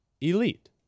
elite